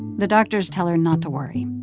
the doctors tell her not to worry.